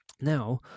Now